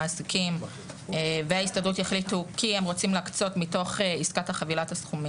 המעסיקים וההסתדרות יחליטו להקצות מתוך עסקת החבילה את הסכומים,